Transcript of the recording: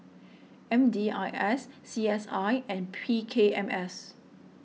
M D I S C S I and P K M S